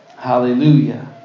Hallelujah